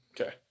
Okay